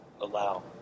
allow